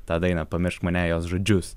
tą dainą pamiršk mane jos žodžius